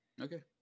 Okay